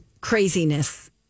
craziness